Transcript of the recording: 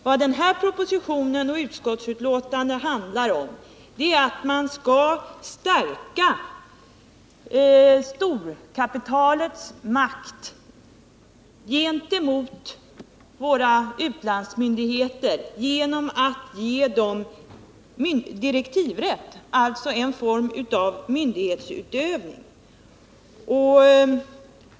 Vad propositionen och utskottsbetänkandet handlar om är att man skall stärka storkapitalets makt gentemot våra utlandsmyndigheter genom att ge Exportrådet direktivrätt, alltså en form av myndighetsutövning.